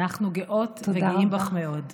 אנחנו גאות וגאים בך מאוד.